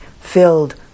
filled